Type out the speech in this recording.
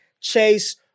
Chase